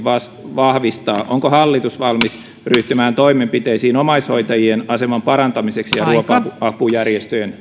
vahvistaa onko hallitus valmis ryhtymään toimenpiteisiin omaishoitajien aseman parantamiseksi ja ruoka apujärjestöjen